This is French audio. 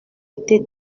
été